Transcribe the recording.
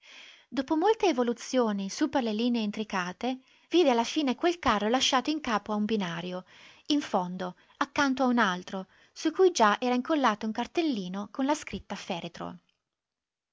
dopo molte evoluzioni su per le linee intricate vide alla fine quel carro lasciato in capo a un binario in fondo accanto a un altro su cui già era incollato un cartellino con la scritta feretro